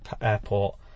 airport